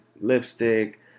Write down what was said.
lipstick